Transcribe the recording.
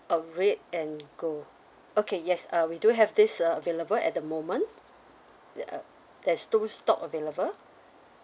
uh red and gold okay yes uh we do have this uh available at the moment uh there's two stock available